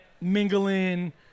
mingling